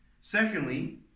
Secondly